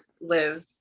live